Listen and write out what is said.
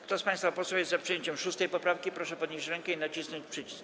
Kto z państwa posłów jest za przyjęciem 6. poprawki, proszę podnieść rękę i nacisnąć przycisk.